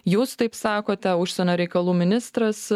jūs taip sakote užsienio reikalų ministras